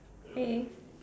hey